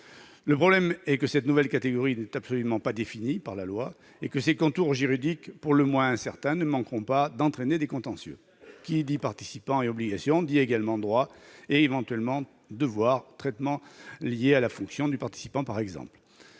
Le problème est que cette nouvelle catégorie n'est absolument pas définie par la loi et que ses contours juridiques pour le moins incertains ne manqueront pas d'entraîner des contentieux. Qui dit participants et obligations dit également droits et, éventuellement, traitements liés à la fonction de participant. Par